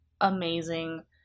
amazing